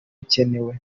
bikenewe